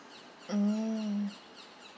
mm